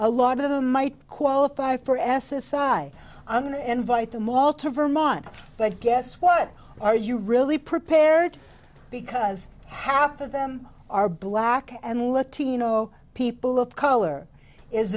a lot of them might qualify for s s i i'm going to invite them all to vermont but guess what are you really prepared because half of them are black and latino people of color is